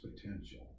potential